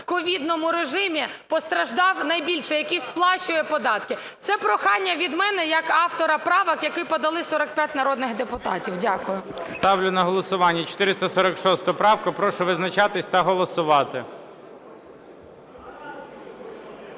в ковідному режимі постраждав найбільше, який сплачує податки. Це прохання від мене як автора правок, яке подали 45 народних депутатів. Дякую. ГОЛОВУЮЧИЙ. Ставлю на голосування 446 правку. Прошу визначатися та голосувати.